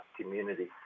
community